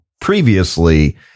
previously